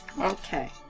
Okay